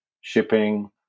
shipping